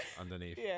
underneath